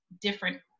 different